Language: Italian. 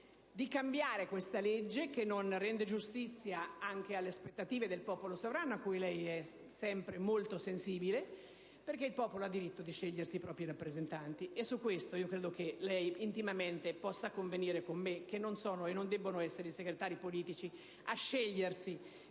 di cambiare questa legge che non rende giustizia alle aspettative del popolo sovrano, cui lei è sempre molto sensibile, che ha il diritto di scegliersi i propri rappresentanti. Credo che lei intimamente possa convenire con me che non debbano essere i segretari politici a scegliere